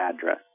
address